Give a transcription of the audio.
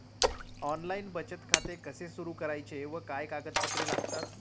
Online बचत खाते कसे सुरू करायचे व काय कागदपत्रे लागतात?